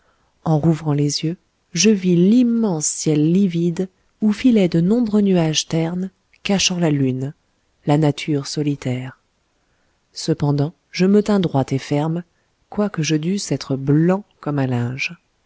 en rouvrant les yeux je vis l'immense ciel livide où filaient de nombreux nuages ternes cachant la lune la nature solitaire cependant je me tins droit et ferme quoique je dusse être blanc comme un linge